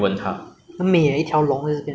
!wah! 很美: hen mei eh